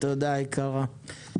תודה יקרה.